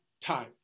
time